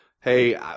hey